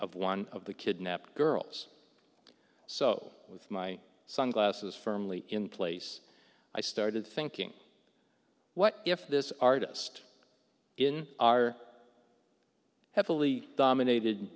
of one of the kidnapped girls so with my sunglasses firmly in place i started thinking what if this artist in our heavily dominated